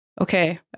Okay